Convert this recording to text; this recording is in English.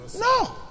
No